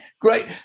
great